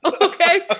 Okay